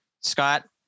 Scott